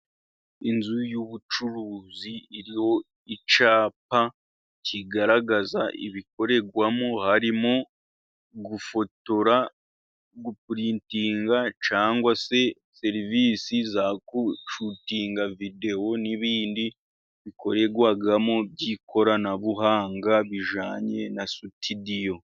Inzu y'ubucuruzi iriho icyapa kigaragaza ibikorerwamo, harimo: gufotora, gupurintinga cyangwa se serivisi zo gushutinga videwo n'ibindi bikorerwamo by'ikoranabuhanga bijyanye na sutidiyo.